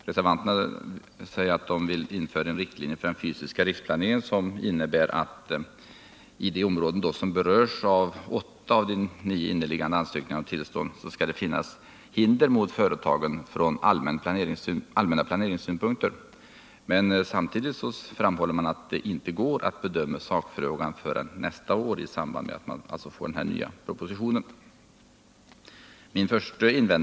Reservanterna säger att de vill införa riktlinjer för den fysiska riksplaneringen, som innebär att det, i de områden som berörs av åtta av de nio inneliggande ansökningarna om tillstånd, skall finnas hinder mot företagen från ”allmänna planeringssynpunkter”. Men samtidigt framhåller man att det inte går att bedöma sakfrågan förrän nästa år då den nya propositionen föreligger.